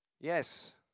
Yes